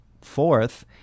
Fourth